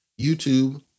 youtube